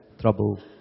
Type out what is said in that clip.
trouble